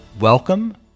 Welcome